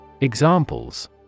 Examples